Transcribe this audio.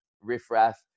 riffraff